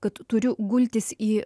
kad turiu gultis į